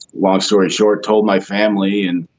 long story short told my family and